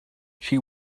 she